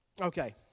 Okay